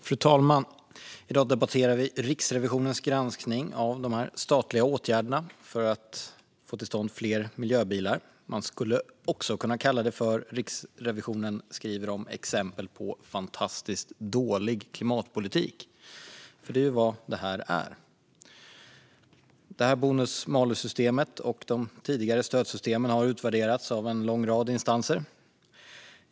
Fru talman! I dag debatterar vi Riksrevisionens granskning av de statliga åtgärderna för att få till stånd fler miljöbilar. Man skulle också kunna kalla det: Riksrevisionen skriver om exempel på fantastiskt dålig klimatpolitik. Det är nämligen vad detta är. Bonus-malus-systemet och de tidigare stödsystemen har utvärderats av en lång rad instanser.